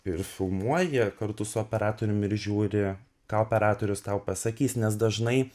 ir filmuoji kartu su operatorium ir žiūri ką operatorius tau pasakys nes dažnai